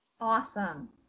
Awesome